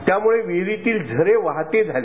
त्यामुळे विहिरीतील झरे वाहते झाले